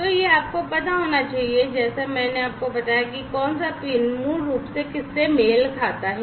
तो यह आपको पता होना चाहिए जैसा कि मैंने आपको बताया कि कौन सा पिन मूल रूप से किस से मेल खाता है